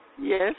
Yes